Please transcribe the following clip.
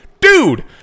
Dude